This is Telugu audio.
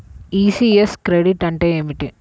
ఈ.సి.యస్ క్రెడిట్ అంటే ఏమిటి?